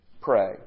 pray